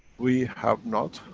we have not,